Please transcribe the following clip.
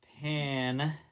Pan